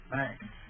Thanks